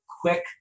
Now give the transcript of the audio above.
quick